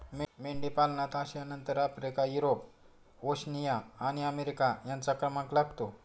मेंढीपालनात आशियानंतर Africa, Europe, Oceania आणि अमेरिका यांचा क्रमांक लागतो